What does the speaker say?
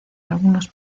algunos